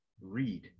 read